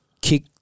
kick